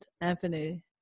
Anthony